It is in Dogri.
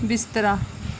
बिस्तरा